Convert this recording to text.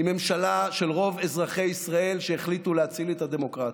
היא ממשלה של רוב אזרחי ישראל שהחליטו להציל את הדמוקרטיה.